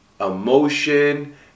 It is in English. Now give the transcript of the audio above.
emotion